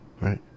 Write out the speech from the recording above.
Right